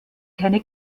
keine